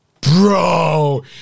Bro